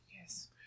Yes